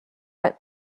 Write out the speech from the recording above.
einen